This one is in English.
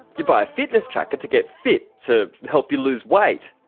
you buy a fitness tracker to get fit, to help you lose weight.